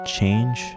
Change